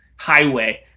highway